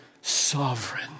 sovereign